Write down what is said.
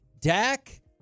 Dak